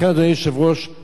טוב עשה ראש הממשלה,